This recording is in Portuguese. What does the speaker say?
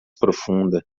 profunda